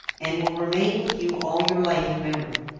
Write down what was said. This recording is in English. and will remain with you all your life in memory.